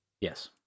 yes